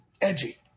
edgy